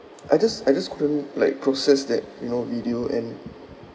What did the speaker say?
I just I just couldn't like process that you know video and